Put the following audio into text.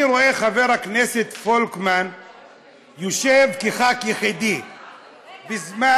אני רואה את חבר הכנסת פולקמן יושב כח"כ יחידי בזמן,